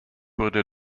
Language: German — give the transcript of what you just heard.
wurde